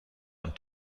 und